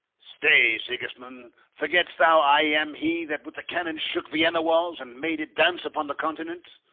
stay, sigismund forgett'st thou i am he that with the cannon shook vienna-walls, and made it dance upon the continent,